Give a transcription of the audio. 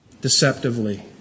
deceptively